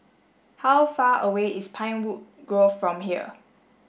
how far away is Pinewood Grove from here